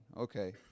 Okay